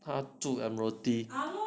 他住 admiralty